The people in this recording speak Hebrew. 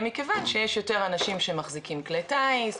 מכיוון שיש יותר אנשים שמחזיקים כלי טיס,